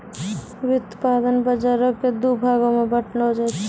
व्युत्पादन बजारो के दु भागो मे बांटलो जाय छै